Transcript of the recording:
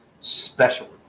special